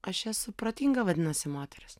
aš esu protinga vadinasi moteris